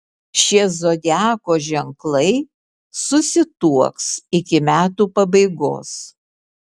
šie zodiako ženklai susituoks iki metų pabaigos